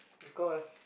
because